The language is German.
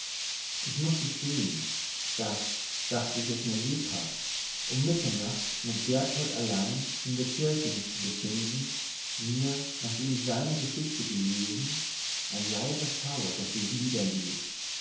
ich muß gestehen daß dachte ich es mir lebhaft um mitternacht mit berthold allein in der kirche mich zu befinden mir nachdem ich seine geschichte gelesen ein leiser schauer durch die glieder lief